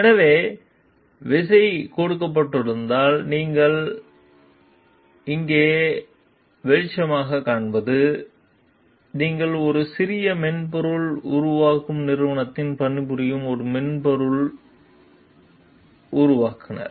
எனவே விசை கொடுக்கப்பட்டுள்ளதால் நீங்கள் இங்கே வெளிச்சமாகக் காண்பது நீங்கள் ஒரு சிறிய மென்பொருள் உருவாக்கும் நிறுவனத்தில் பணிபுரியும் ஒரு முன்னணி மென்பொருள் உருவாக்குநர்